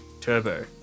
Turbo